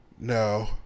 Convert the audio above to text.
No